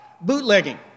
bootlegging